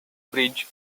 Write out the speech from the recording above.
bridge